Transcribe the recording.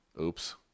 Oops